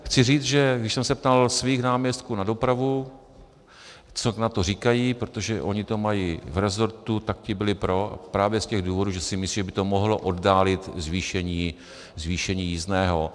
Chci říct, že když jsem se ptal svých náměstků na dopravu, co na to říkají, protože oni to mají v resortu, ti byli pro právě z těch důvodů, že si myslí, že by to mohlo oddálit zvýšení jízdného.